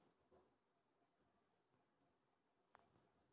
ಹತ್ತೊಂಬತ್ತ್ ನೂರಾ ಇಪ್ಪತ್ತೆಂಟನೇ ಇಸವಿದಾಗ್ ಮಂಡಿ ಸಿಸ್ಟಮ್ ಶುರು ಮಾಡ್ಯಾರ್